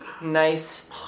nice